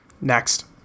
Next